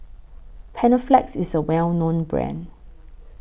Panaflex IS A Well known Brand